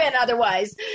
otherwise